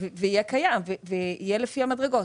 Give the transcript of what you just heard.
ויהיה לפי המדרגות.